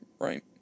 right